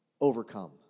overcome